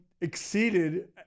exceeded